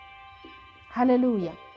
Hallelujah